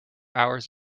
hours